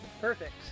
Perfect